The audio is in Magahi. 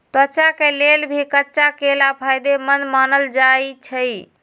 त्वचा के लेल भी कच्चा केला फायेदेमंद मानल जाई छई